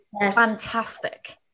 fantastic